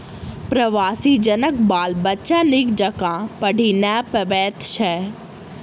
प्रवासी जनक बाल बच्चा नीक जकाँ पढ़ि नै पबैत छै